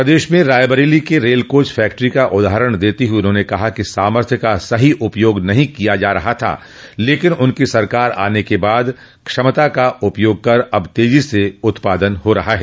प्रदेश में रायबरेली के rail coach factory का उदाहरण देते हुए उन्होंने कहा कि सामथ्य का सही उपयोग नहीं किया जा रहा था लेकिन उनकी सरकार आने के बाद क्षमता का उपयोग कर अब तेजी से उत्पादन हो रहा है